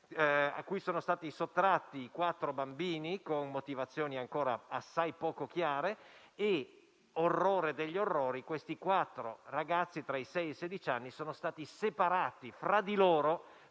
a cui sono stati sottratti quattro bambini con motivazioni ancora assai poco chiare. Orrore degli orrori, quei quattro ragazzi, tra i sei e i sedici anni, sono stati separati fra di loro,